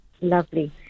lovely